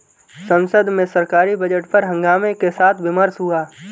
संसद में सरकारी बजट पर हंगामे के साथ विमर्श हुआ